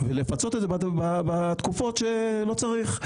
ולפצות את זה בתקופות שלא צריך,